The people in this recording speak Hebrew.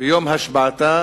ביום השבעתה